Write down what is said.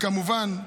כמובן,